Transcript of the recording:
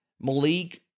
Malik